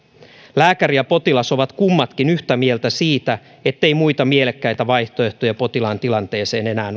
lääkäri ja potilas ovat kummatkin yhtä mieltä siitä ettei muita mielekkäitä vaihtoehtoja potilaan tilanteeseen enää